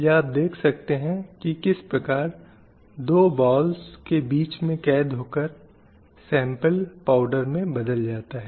चर्चा जारी रखने के लिए जब हमने कहा कि एक विशिष्ट भेदभाव है जो समाज में होता है